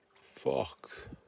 fucked